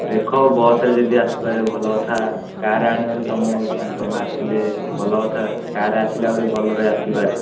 ଦେଖ ବସ୍ରେ ଯଦି ଆସିପାରିବ ଭଲ କଥା କାର୍ ଆଣିବ ହେଲେ ତୁମ ଇଚ୍ଛା ତୁମେ ଆସିଲେ ଭଲ କଥା କାର୍ ଆସିଲେ ଆହୁରି ଭଲରେ ଆସିପାରେ